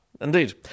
Indeed